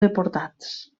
deportats